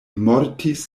mortis